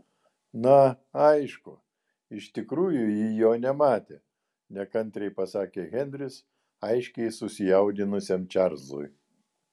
na aišku iš tikrųjų ji jo nematė nekantriai pasakė henris aiškiai susijaudinusiam čarlzui